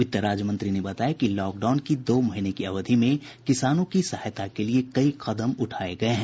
वित्त राज्य मंत्री ने बताया कि लॉकडाउन की दो महीने की अवधि में किसानों की सहायता के लिए कई कदम उठाये गये हैं